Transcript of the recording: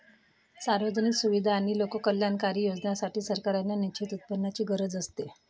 सार्वजनिक सुविधा आणि लोककल्याणकारी योजनांसाठी, सरकारांना निश्चित उत्पन्नाची गरज असते